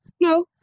No